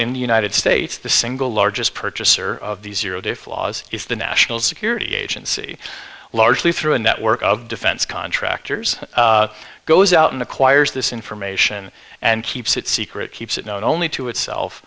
in the united states the single largest purchaser of the zero day flaws is the national security agency largely through a network of defense contractors goes out and acquires this information and keeps it secret keeps it known only to itself